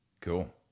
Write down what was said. Cool